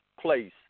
place